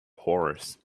horse